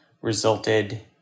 resulted